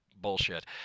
bullshit